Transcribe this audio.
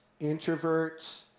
introverts –